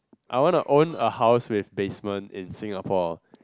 I want to own a house with basement in Singapore